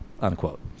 Unquote